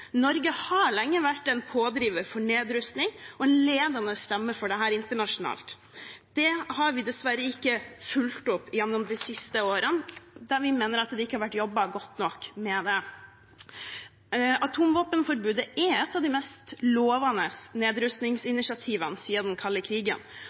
Norge har lenge vært en pådriver for nedrustning og en ledende stemme for dette internasjonalt. Det har vi dessverre ikke fulgt opp gjennom de siste årene, da vi mener at det ikke har vært jobbet godt nok med det. Atomvåpenforbudet er et av de mest lovende